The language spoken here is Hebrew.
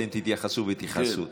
אתם תתייחסו ותכעסו.